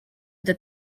that